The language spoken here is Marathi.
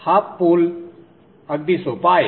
हाफ पूल अगदी सोपा आहे